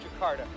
Jakarta